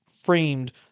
framed